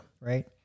Right